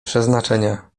przeznaczenia